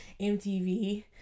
MTV